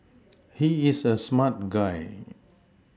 he is a smart guy